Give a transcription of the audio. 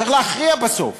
צריך להכריע בסוף,